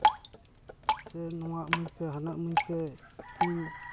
ᱥᱮ ᱱᱚᱣᱟ ᱤᱢᱟᱹᱧ ᱯᱮ ᱦᱟᱱᱟ ᱤᱢᱟᱹᱧ ᱯᱮ ᱤᱧ